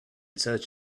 search